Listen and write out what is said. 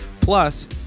Plus